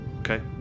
Okay